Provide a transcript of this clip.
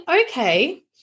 okay